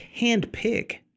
handpick